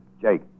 Jake